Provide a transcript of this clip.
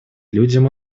людям